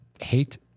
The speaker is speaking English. hate